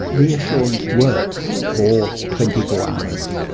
reassurance works for twenty four hours,